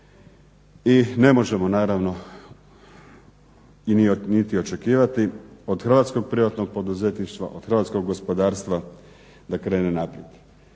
I ne možemo naravno i niti očekivati od hrvatskog privatnog poduzetništva, od hrvatskog gospodarstva da krene naprijed.